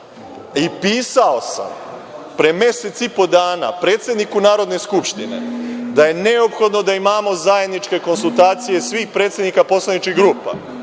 i pisao sam pre mesec i po dana predsedniku Narodne skupštine da je neophodno da imamo zajedničke konsultacija svih predsednika poslaničkih grupa.